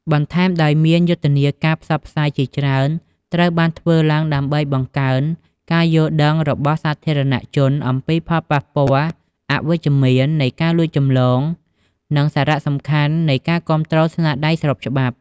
បន្ថែមដោយមាន យុទ្ធនាការផ្សព្វផ្សាយជាច្រើនត្រូវបានធ្វើឡើងដើម្បីបង្កើនការយល់ដឹងរបស់សាធារណជនអំពីផលប៉ះពាល់អវិជ្ជមាននៃការលួចចម្លង និងសារៈសំខាន់នៃការគាំទ្រស្នាដៃស្របច្បាប់។